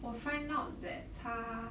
我 find out that 他